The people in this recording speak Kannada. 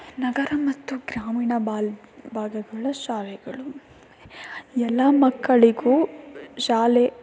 ನಗರ ಮತ್ತು ಗ್ರಾಮೀಣ ಬಾಲ್ ಭಾಗಗಳ ಶಾಲೆಗಳು ಎಲ್ಲ ಮಕ್ಕಳಿಗೂ ಶಾಲೆ